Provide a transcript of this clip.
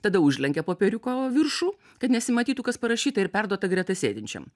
tada užlenkia popieriuko viršų kad nesimatytų kas parašyta ir perduota greta sėdinčiam